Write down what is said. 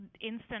instant